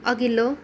अघिल्लो